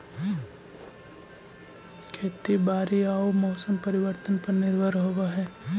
खेती बारिश आऊ मौसम परिवर्तन पर निर्भर होव हई